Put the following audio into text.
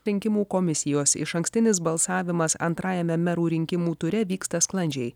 rinkimų komisijos išankstinis balsavimas antrajame merų rinkimų ture vyksta sklandžiai